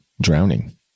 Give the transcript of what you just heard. drowning